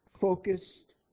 focused